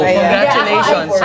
Congratulations